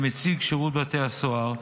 אחד הצרכים המרכזיים שמציג שירות בתי הסוהר,